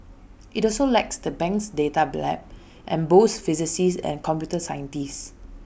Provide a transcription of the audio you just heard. IT also likes the bank's data lab and boasts physicists and computer scientists